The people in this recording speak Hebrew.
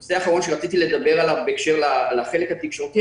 הנושא האחרון שרציתי לדבר עליו בהקשר לחלק התקשורתי.